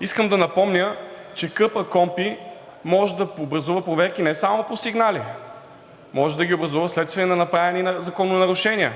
искам да напомня, че КПКОНПИ може да образува проверки не само по сигнали, може да ги образува вследствие на направени закононарушения.